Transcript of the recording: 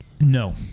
No